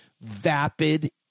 vapid